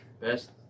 best